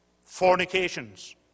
fornications